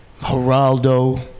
Geraldo